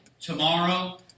tomorrow